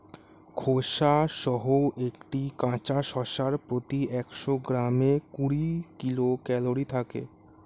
খোসাসহ একটি কাঁচা শসার প্রতি একশো গ্রামে কুড়ি কিলো ক্যালরি থাকে